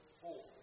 four